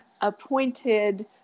appointed